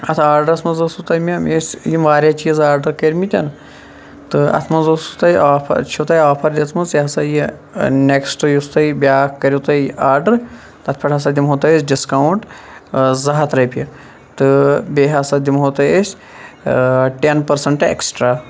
اتھ آڈرَس مَنٛز اوسوُ تۄہہِ مےٚ مےٚ ٲسۍ یِم واریاہ چیٖز آڈَر کٔرمٕتۍ تہٕ اَتھ مَنٛز اوسو تۄہہِ چھو تۄہہِ آفَر دِژمٕژ یہِ ہَسا یہِ نیٚکسٹ یُس تۄہہِ بیاکھ کَریاوُ تۄہہِ آڈَر تَتھ پیٹھ ہَسا دِمہو تۄہہِ أسۍ ڈِسکاوُنٹ زٕ ہَتھ رۄپیہِ تہٕ بییٚہِ ہَسا دِمہو تۄہہِ أسۍ ٹیٚن پرسَنٹ ایٚکسٹرا